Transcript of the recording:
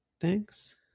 Thanks